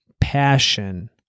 passion